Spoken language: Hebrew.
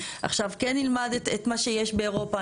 עכשיו כן נלמד את מה שיש באירופה.